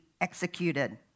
executed